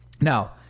Now